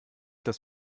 dass